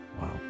Wow